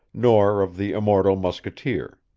nor of the immortal musketeer.